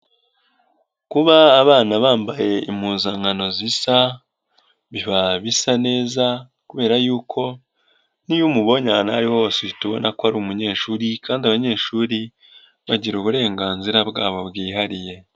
Kuba abana bambaye impuzankano zisa, biba bisa neza kubera yuko n'iyo umubonye ahantu ari ari hose uhita ubona ko ari umunyeshuri kandi abanyeshuri, bagira uburenganzira bwabo bwihariye.